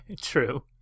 True